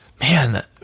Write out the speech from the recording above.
man